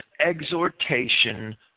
exhortation